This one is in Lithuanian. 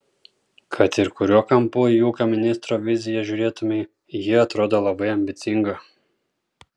kad ir kuriuo kampu į ūkio ministro viziją žiūrėtumei ji atrodo labai ambicinga